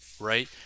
Right